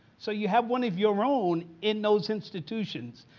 so you have one of your own in those institutions,